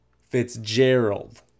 Fitzgerald